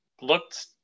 looked